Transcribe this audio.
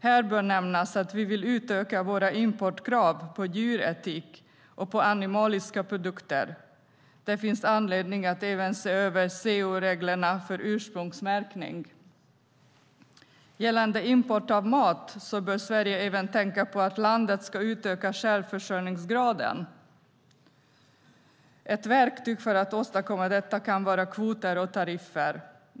Här bör nämnas att vi vill utöka våra importkrav på djuretik och på animaliska produkter. Det finns anledning att även se över COO-reglerna för ursprungsmärkning. Gällande import av mat bör Sverige även tänka på att landet ska utöka självförsörjningsgraden. Ett verktyg för att åstadkomma detta kan vara kvoter och tariffer.